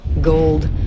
gold